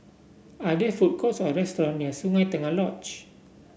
are there food courts or restaurant near Sungei Tengah Lodge